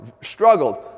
struggled